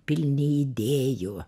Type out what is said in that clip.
pilni idėjų